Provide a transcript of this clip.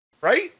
Right